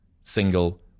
single